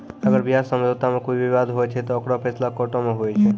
अगर ब्याज समझौता मे कोई बिबाद होय छै ते ओकरो फैसला कोटो मे हुवै छै